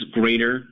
greater